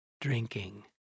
drinking